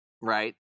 right